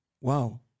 Wow